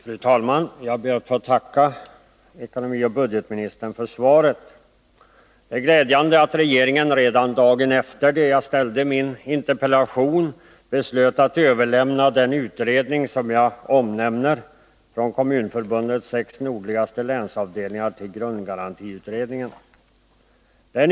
Fru talman! Jag ber att få tacka ekonomioch budgetministern för svaret. Det är glädjande att regeringen, redan dagen efter det att jag framställde min interpellation, beslöt att överlämna den utredning jag omnämner — från Kommunförbundets sex nordligaste länsavdelningar — till grundgarantiutredningen.